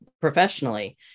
professionally